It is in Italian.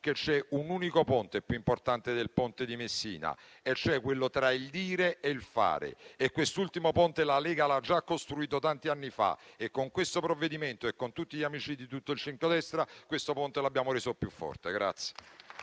me. C'è un unico ponte più importante del ponte di Messina: è quello tra il dire e il fare e quest'ultimo ponte la Lega l'ha già costruito tanti anni fa. Con questo provvedimento e con tutti gli amici di tutto il centrodestra, questo ponte l'abbiamo reso più forte.